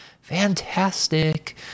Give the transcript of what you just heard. fantastic